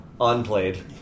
Unplayed